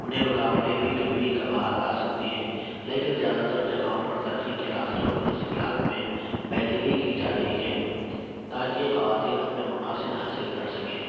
انہیں رکاوٹیں بھی کبھی کبھار آ سکتی ہے لیکن زیادہ تر جگہوں پر ترقی کے راستوں میں تشکیلات میں بہتری کی جا رہی ہے تا کہ خواتین اپنے مقاصد حاصل کر سکے